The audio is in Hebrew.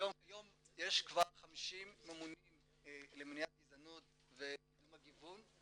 היום יש כבר 50 ממונים למניעת גזענות וקידום הגיוון.